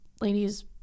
ladies